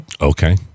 Okay